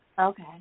Okay